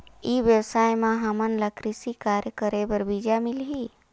ई व्यवसाय म हामन ला कृषि कार्य करे बर बीजा मिलही?